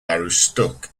aroostook